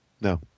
No